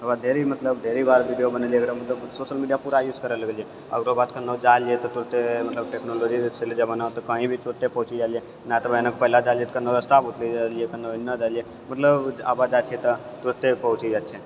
ओकर बाद ढ़ेरी ढ़ेरी मतलब ढ़ेरी बार वीडियो बनेलियै एकरा मतलब सोशल मीडिया पूरा यूज करै लगलियै ओकर बाद कनहो जा रहलियै तऽ तुरते मतलब टेक्नॉलजी जे छलै जमाना कही भी तुरते पहुँच जाइ रहियै नहि तऽ पहिले जाइ रहियै तऽ कनो रास्ता भूतली जाइ रहियै कनो एने जाय रहियै मतलब अबे जाइ छियै तऽ तुरते पहुँच जाइ छियै